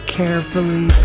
carefully